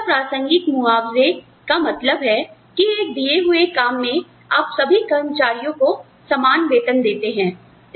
सदस्यता प्रासंगिक मुहावजे का मतलब है कि एक दिए हुए काम में आप सभी कर्मचारियों को समान वेतन देते हैं